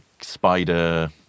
spider